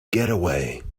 getaway